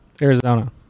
Arizona